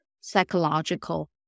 psychological